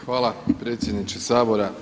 Hvala predsjedniče Sabora.